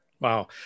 Wow